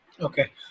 Okay